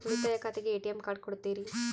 ಉಳಿತಾಯ ಖಾತೆಗೆ ATM card ಕೊಡ್ತೇರಿ?